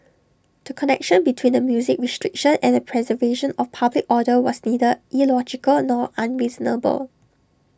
the connection between the music restriction and the preservation of public order was neither illogical nor unreasonable